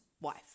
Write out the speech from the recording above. wife